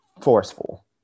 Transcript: forceful